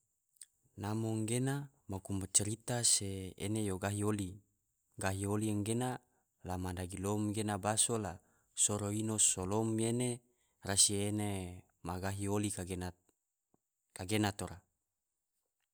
Namo gena, maku macarita se ene yo gahi oli, gahi oli gena la ma dagilom gena baso la soro ino solom ene rasi ene ma gahi oli kagena tora.